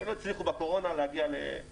שהם לא הצליחו בקורונה ונפלו.